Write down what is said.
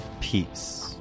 peace